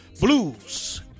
Blues